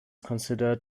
considered